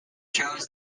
shows